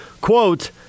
quote